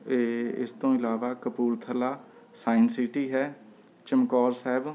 ਇਹ ਇਸ ਤੋਂ ਇਲਾਵਾ ਕਪੂਰਥਲਾ ਸਾਇੰਸ ਸਿਟੀ ਹੈ ਚਮਕੌਰ ਸਾਹਿਬ